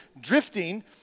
drifting